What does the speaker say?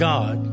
God